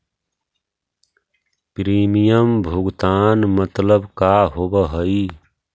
Premium भुगतान मतलब का होव हइ?